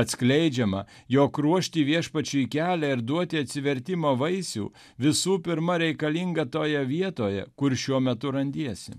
atskleidžiama jog ruošti viešpačiui kelią ir duoti atsivertimo vaisių visų pirma reikalinga toje vietoje kur šiuo metu randiesi